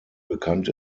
bekannt